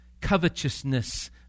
covetousness